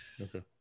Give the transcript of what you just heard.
Okay